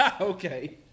Okay